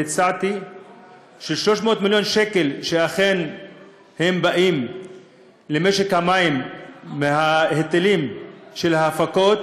והצעתי ש-300 מיליון שקל שבאים למשק המים מההיטלים של ההפקות